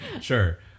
Sure